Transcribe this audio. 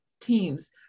teams